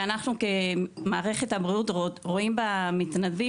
ואנחנו כמערכת הבריאות רואים במתנדבים